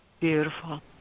Beautiful